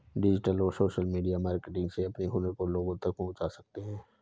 digital और social media marketing से अपने हुनर को लोगो तक पहुंचा सकते है